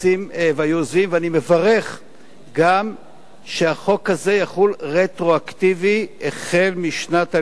ואני מברך גם שהחוק הזה יחול רטרואקטיבית משנת הלימודים הנוכחית,